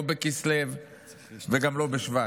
לא בכסלו וגם לא בשבט.